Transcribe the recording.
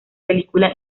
película